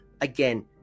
Again